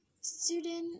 Student